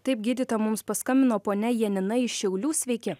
taip gydytoja mums paskambino ponia janina iš šiaulių sveiki